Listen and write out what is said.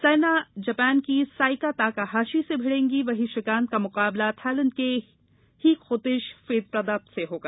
Saina Japan की Sayaka Takahashi से भिड़ेगी वहीं श्रीकांत का मुकाबला थाइलैंड के ही खोषित फेतप्रदब से होगा